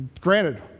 granted